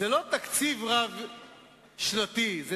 זה לא תקציב רב-שנתי, זה